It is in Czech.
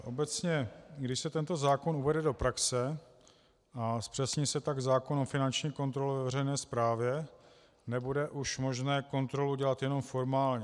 Obecně když se tento zákon uvede do praxe a zpřesní se tak zákon o finanční kontrole ve veřejné správě, nebude už možné kontrolu dělat jenom formálně.